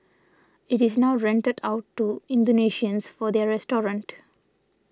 it is now rented out to Indonesians for their restaurant